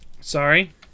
Sorry